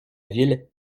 ville